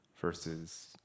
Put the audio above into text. versus